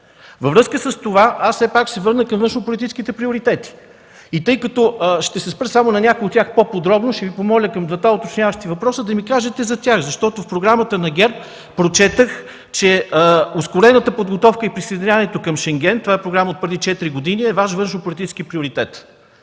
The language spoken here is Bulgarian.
Във връзка с това аз все пак ще се върна към външнополитическите приоритети. И тъй като ще се спра само на някои от тях по-подробно, ще Ви помоля към двата уточняващи въпроса да ми кажете за тях, защото в програмата на ГЕРБ прочетох, че ускорената подготовка и присъединяването към Шенген, това е програма отпреди четири години, е Ваш външнополитически приоритет.